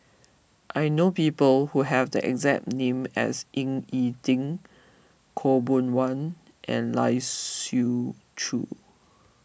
I know people who have the exact name as Ying E Ding Khaw Boon Wan and Lai Siu Chiu